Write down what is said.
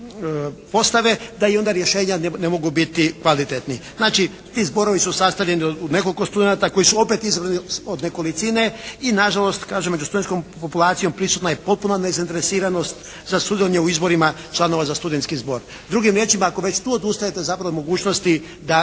postave da i onda rješenja ne mogu biti kvalitetni. Znači ti zborovi su sastavljeni od nekoliko studenata koji su opet od nekolicine i na žalost kažem među studentskom populacijom prisutna je potpuna nezainteresiranog za sudjelovanje u izborima članova za studentski zbor. Drugim riječima, ako već tu odustajete zapravo od mogućnosti da